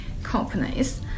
companies